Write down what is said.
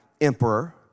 emperor